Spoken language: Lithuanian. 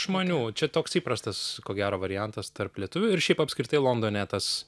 žmonių čia toks įprastas ko gero variantas tarp lietuvių ir šiaip apskritai londone tas